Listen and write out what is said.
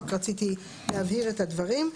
רק רציתי להבהיר את הדברים.